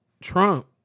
Trump